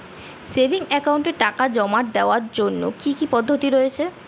Savings একাউন্টে টাকা জমা দেওয়ার জন্য কি কি পদ্ধতি রয়েছে?